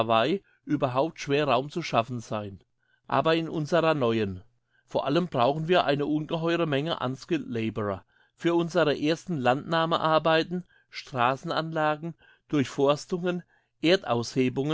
überhaupt schwer raum zu schaffen sein aber in unserer neuen vor allem brauchen wir ungeheure mengen unskilled labour für unsere ersten landnahmearbeiten strassenanlagen durchforstungen